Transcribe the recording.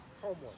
homework